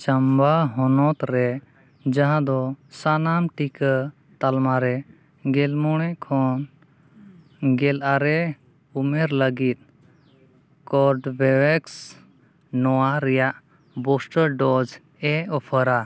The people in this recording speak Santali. ᱪᱟᱢᱵᱟ ᱦᱚᱱᱚᱛ ᱨᱮ ᱡᱟᱦᱟᱸ ᱫᱚ ᱥᱟᱱᱟᱢ ᱴᱤᱠᱟᱹ ᱛᱟᱞᱢᱟᱨᱮ ᱜᱮᱞ ᱢᱚᱬᱮ ᱠᱷᱚᱱ ᱜᱮᱞ ᱟᱨᱮ ᱩᱢᱮᱨ ᱞᱟᱜᱤᱫ ᱠᱳᱨᱵᱮᱵᱷᱮᱠᱥ ᱱᱚᱣᱟ ᱨᱮᱱᱟᱜ ᱵᱩᱥᱴᱟᱨ ᱰᱳᱡᱽ ᱮ ᱚᱯᱷᱟᱨ ᱟ